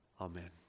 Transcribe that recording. Amen